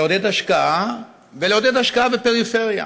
לעודד השקעה ולעודד השקעה בפריפריה,